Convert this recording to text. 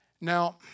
Now